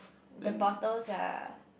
the bottles are